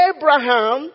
Abraham